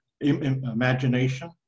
imagination